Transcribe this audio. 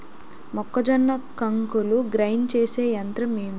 మొక్కజొన్న కంకులు గ్రైండ్ చేసే యంత్రం ఏంటి?